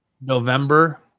November